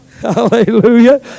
Hallelujah